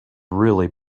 really